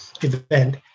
event